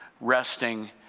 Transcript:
resting